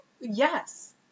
Yes